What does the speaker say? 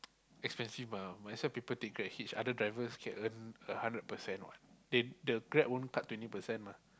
expensive mah might as well people take GrabHitch other drivers can earn hundred percent what they the Grab won't cut twenty percent mah